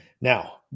Now